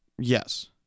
Yes